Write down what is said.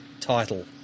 title